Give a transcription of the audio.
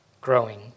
growing